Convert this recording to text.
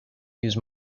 use